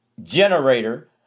generator